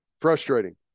frustrating